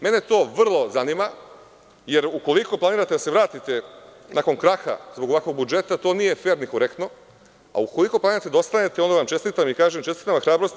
Mene to jako zanima, jer ukoliko planirate da se vratite nakon kraha zbog ovakvog budžeta, to nije fer ni korektno, a ukoliko planirate da ostanete onda vam čestitam i kažem, čestitam vam na hrabrosti.